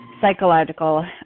psychological